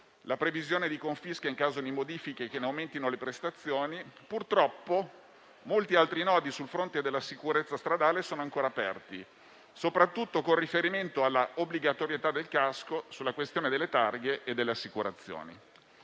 la previsione di confisca in caso di modifiche che ne aumentino le prestazioni, purtroppo molti altri nodi sul fronte della sicurezza stradale sono ancora aperti, soprattutto con riferimento alla obbligatorietà del casco e alla questione delle targhe e delle assicurazioni.